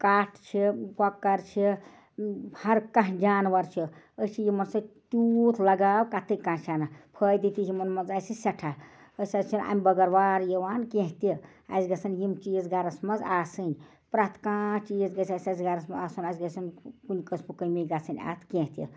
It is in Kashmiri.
کَٹھ چھِ کۄکَر چھِ ہر کانٛہہ جانوَر چھِ أسۍ چھِ یِمَن سۭتۍ تیوٗت لگاو کَتھٕے کانٛہہ چھِنہٕ فٲیِدٕ تہِ چھِ یِمَن منٛز اَسہِ سٮ۪ٹھاہ أسۍ حظ چھِنہٕ اَمہِ بغٲر وار یِوان کیٚنہہ تہِ اَسہِ گژھَن یِم چیٖز گَرَس منٛز آسٕنۍ پرٛٮ۪تھ کانٛہہ چیٖز گژھِ اَسہِ گَرَس منٛز آسُن اَسہِ گژھن کُنہِ قٕسمُک کٔمی گژھٕنۍ اَتھ کیٚنہہ تہِ